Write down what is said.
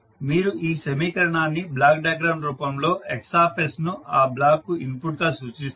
మీరు ఈ సమీకరణాన్ని బ్లాక్ డయాగ్రమ్ రూపంలో X ను ఆ బ్లాక్కు ఇన్పుట్ గా సూచిస్తారు